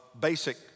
basic